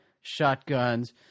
shotguns